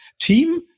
team